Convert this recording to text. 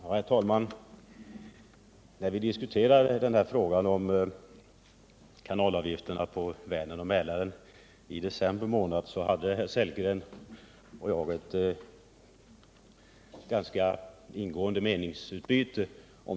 Herr talman! När vi diskuterade kanalavgifterna för Vänern och Mälaren i december månad hade herr Sellgren och jag ett ganska ingående meningsutbyte.